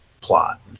plot